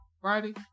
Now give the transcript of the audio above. Friday